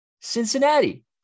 Cincinnati